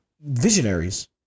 Visionaries